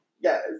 Yes